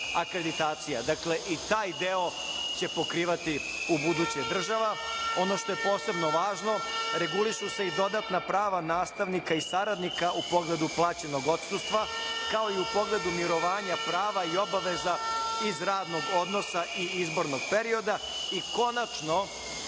Dakle, i taj deo će pokrivati ubuduće država. Ono što je posebno važno regulišu se i dodatna prava nastavnika i saradnika u pogledu plaćenog odsustva, ako i u pogledu mirovanja prava i obaveza iz radnog odnosa i izbornog perioda i konačno